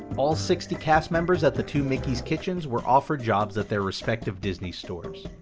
all sixty cast members at the two mickey's kitchens were offered jobs at their respective disney stores.